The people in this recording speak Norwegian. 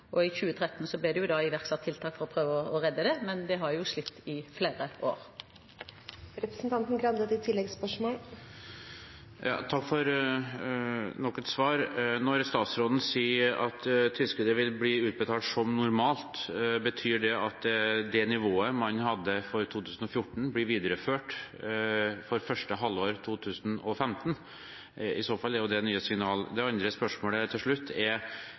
iverksatt tiltak for å prøve å redde det, men de har altså slitt i flere år. Takk for nok et svar. Når statsråden sier at tilskuddet vil bli utbetalt som normalt, betyr det at det nivået man hadde for 2014, blir videreført for første halvår 2015? I så fall er jo det nye signal. Til slutt til det andre spørsmålet: